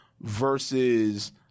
versus